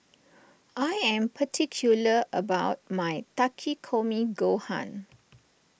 I am particular about my Takikomi Gohan